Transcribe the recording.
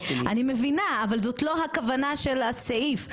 --- אני מבינה, אבל זאת לא הכוונה של הסעיף.